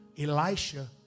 Elisha